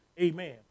amen